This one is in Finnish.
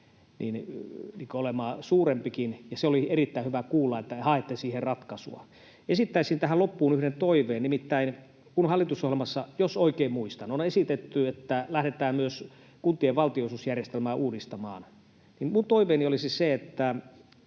olemaan suurempikin. Oli erittäin hyvä kuulla, että haette siihen ratkaisua. Esittäisin tähän loppuun yhden toiveen. Nimittäin kun hallitusohjelmassa, jos oikein muistan, on esitetty, että lähdetään myös kuntien valtionosuusjärjestelmää uudistamaan, niin minun toiveeni olisi se, että